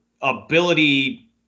ability